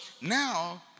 now